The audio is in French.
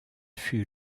fut